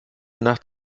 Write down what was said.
nacht